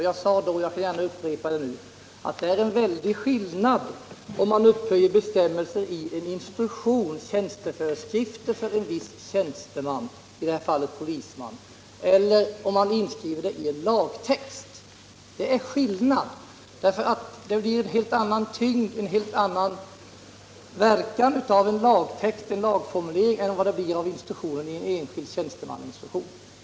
Jag sade då, men jag kan gärna upprepa det nu: Det är en väldig skillnad mellan att ha en bestämmelse i en instruktion eller tjänsteföreskrifter för en viss tjänsteman — i det här fallet en polisman — och att inskriva den i en lagtext. Det blir en helt annan tyngd, en helt annan verkan av en lagtext än av en bestämmelse i en enskild tjänstemannainstruktion.